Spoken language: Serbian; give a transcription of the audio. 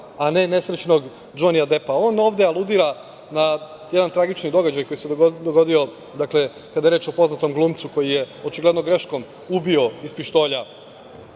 a ne nesrećnog Džonija Depa. On ovde aludira na jedan tragičan događaj koji se dogodio, kada je reč o poznatom glumcu koji je očigledno greškom ubio iz pištolja